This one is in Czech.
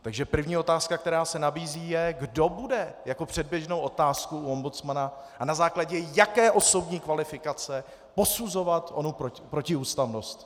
Takže první otázka, která se nabízí, je, kdo bude jako předběžnou otázku u ombudsmana a na základě jaké osobní kvalifikace posuzovat onu protiústavnost.